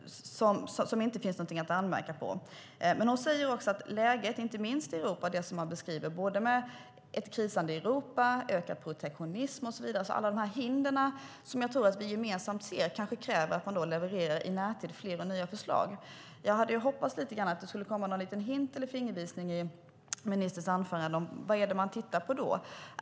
Där finns ingenting att anmärka på. Ministern nämner också läget inte minst i Europa, ett krisande Europa, ökad protektionism och andra hinder. De kräver att vi gemensamt i närtid levererar fler nya förslag. Jag hade hoppats att det skulle komma någon liten hint eller fingervisning i ministerns anförande om vad man tittar på.